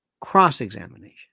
cross-examination